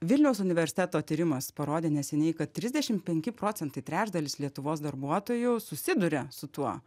vilniaus universiteto tyrimas parodė neseniai kad trisdešimt penki procentai trečdalis lietuvos darbuotojų susiduria su tuo